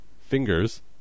fingers